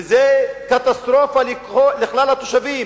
וזה קטסטרופה לכלל התושבים,